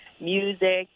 music